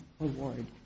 award